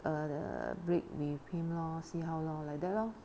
err break with him lor see how lor like that lor